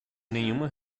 nenhuma